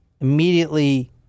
immediately